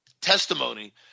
testimony –